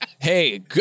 Hey